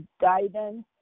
guidance